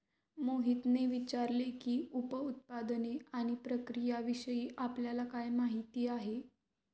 मोहितने विचारले की, उप उत्पादने आणि प्रक्रियाविषयी आपल्याला काय माहिती आहे?